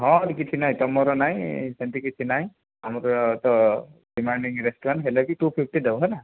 ହଁ ଭାଇ କିଛି ନାହିଁ ତମର ନାହିଁ ସେମିତି କିଛି ନାହିଁ ଆମର ତ ଡିମାଣ୍ଡିଂ ରେଷ୍ଟୁରାଣ୍ଟ ହେଲେବି ଟୁଫ୍ପିଟି ଦେବ ହେଲା